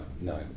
no